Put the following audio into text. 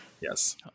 Yes